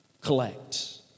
collect